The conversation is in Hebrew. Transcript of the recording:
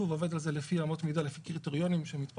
שוב עובד על זה לפי אמות מידה וקריטריונים שמתפרסמים.